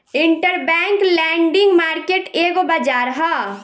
interbank lending market एगो बाजार ह